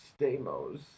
Stamos